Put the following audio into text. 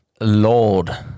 Lord